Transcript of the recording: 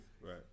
Right